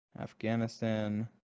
Afghanistan